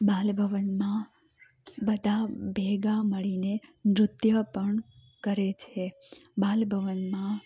બાલભવનમાં બધાં ભેગા મળીને નૃત્ય પણ કરે છે બાલ ભવનમાં